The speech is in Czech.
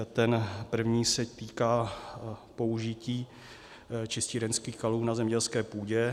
Ten první se týká použití čistírenských kalů na zemědělské půdě.